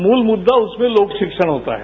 मूल मुद्दा उसमें लोक शिक्षण होता है